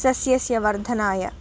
सस्यस्य वर्धनाय